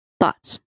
thoughts